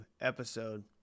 episode